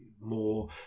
more